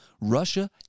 Russia